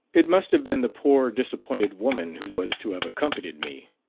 it must have been the poor disappointed woman who was to have accompanied me.